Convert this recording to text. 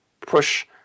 push